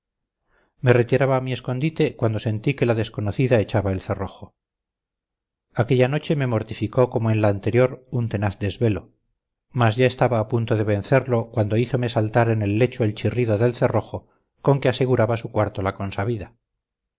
me retiraba a mi escondite cuando sentí que la desconocida echaba el cerrojo aquella noche me mortificó como en la anterior un tenaz desvelo mas ya estaba a punto de vencerlo cuando hízome saltar en el lecho el chirrido del cerrojo con que aseguraba su cuarto la consabida